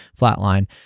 flatline